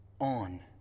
on